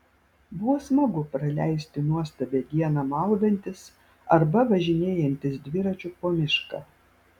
buvo smagu praleisti nuostabią dieną maudantis arba važinėjantis dviračiu po mišką